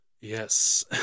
Yes